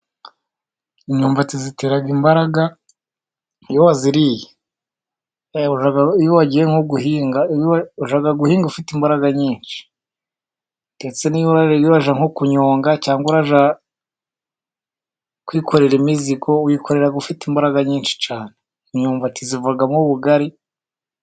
Imyumbati itera imbaraga iyo wayiriye, iyo wagiye nko guhinga uhinga ufite imbaraga nyinshi, niba urajya nko kunyonga cyangwa urajya kwikorera imizigo wikorera ufite imbaraga nyinshi cyane imyumbati ivamo ubugari.